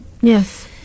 yes